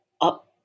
up